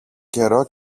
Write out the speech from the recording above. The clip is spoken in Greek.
καιρό